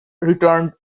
returned